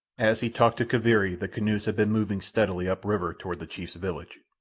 as he talked to kaviri the canoes had been moving steadily up-river toward the chief's village.